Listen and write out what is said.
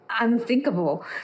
unthinkable